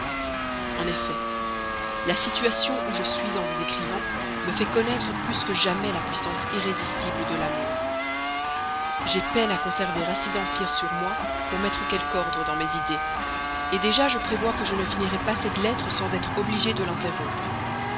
en effet la situation où je suis en vous écrivant me fait connaître plus que jamais la puissance irrésistible de l'amour j'ai peine à conserver assez d'empire sur moi pour mettre quelque ordre dans mes idées déjà je prévois que je ne finirai pas cette lettre sans être obligé de l'interrompre